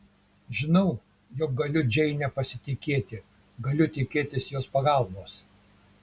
žinau jog galiu džeine pasitikėti galiu tikėtis jos pagalbos